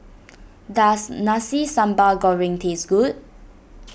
does Nasi Sambal Goreng taste good